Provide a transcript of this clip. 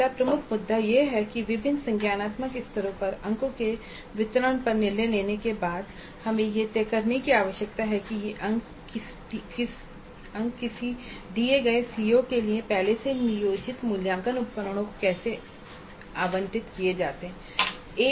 अगला प्रमुख मुद्दा यह है कि विभिन्न संज्ञानात्मक स्तरों पर अंकों के वितरण पर निर्णय लेने के बाद हमें यह तय करने की आवश्यकता है कि ये अंक किसी दिए गए सीओ के लिए पहले से नियोजित मूल्यांकन उपकरणों को कैसे आवंटित किए जाते हैं